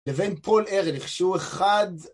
לבין פול ארליך שהוא אחד